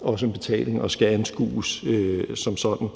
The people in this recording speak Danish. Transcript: også er en betaling og skal anskues som sådan.